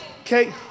Okay